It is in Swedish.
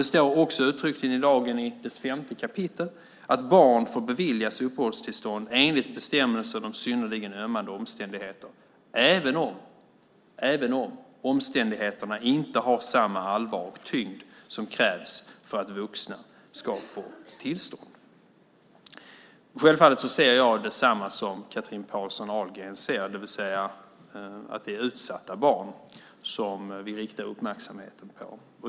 Det står också uttryckligen i lagens femte kapitel att barn får beviljas uppehållstillstånd enligt bestämmelsen om synnerligen ömmande omständigheter även om omständigheterna inte har samma allvar och tyngd som krävs för att vuxna ska få tillstånd. Självfallet ser jag detsamma som Chatrine Pålsson Ahlgren ser, det vill säga att det är utsatta barn som vi riktar uppmärksamheten på.